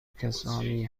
کسانی